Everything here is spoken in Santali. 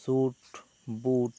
suit boot